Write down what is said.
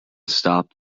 stop